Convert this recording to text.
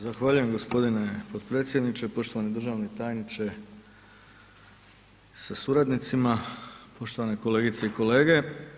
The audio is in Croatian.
Zahvaljujem gospodine potpredsjedniče, poštovani državni tajniče sa suradnicima, poštovane kolegice i kolege.